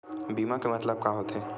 बीमा के मतलब का होथे?